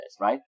right